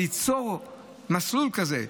ליצור מסלול כזה,